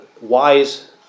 wise